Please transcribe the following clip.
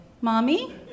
Mommy